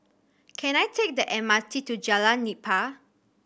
can I take the M R T to Jalan Nipah